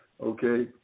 okay